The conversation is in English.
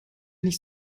nicht